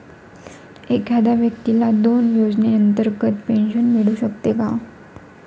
एखाद्या व्यक्तीला दोन योजनांतर्गत पेन्शन मिळू शकते का?